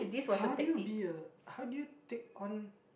how do you be a how do you take on